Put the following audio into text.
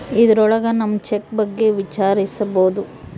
ಇದ್ರೊಳಗ ನಮ್ ಚೆಕ್ ಬಗ್ಗೆ ವಿಚಾರಿಸ್ಬೋದು